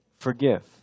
Forgive